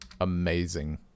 Amazing